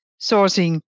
sourcing